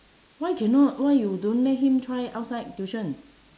why cannot why you don't let him try outside tuition